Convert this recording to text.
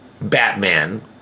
Batman